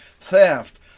theft